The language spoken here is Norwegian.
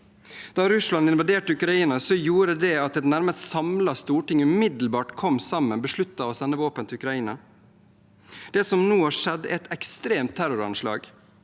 Da Russland invaderte Ukraina, gjorde det at et nærmest samlet storting umiddelbart kom sammen og besluttet å sende våpen til Ukraina. Det som nå har skjedd, er et ekstremt terroranslag,